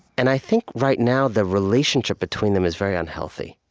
and i think right now the relationship between them is very unhealthy.